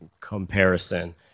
comparison